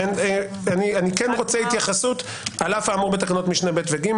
אני כן רוצה התייחסות - על אף האמור בתקנות משנה (ב) ו- (ג),